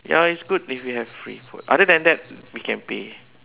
ya it's good if we have free food other than that we can pay